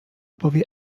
powie